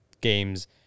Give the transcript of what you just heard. games